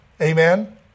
Amen